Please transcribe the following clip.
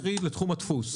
קרי: לתחום הדפוס.